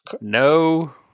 No